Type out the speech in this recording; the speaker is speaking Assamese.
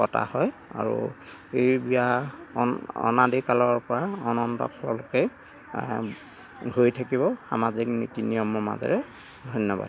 পতা হয় আৰু এই বিয়াখন অনাদি কালৰ পৰা অনন্ত কাললৈকে ধৰি থাকিব সামাজিক নীতি নিয়মৰ মাজেৰে ধন্যবাদ